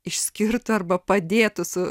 išskirtų arba padėtų su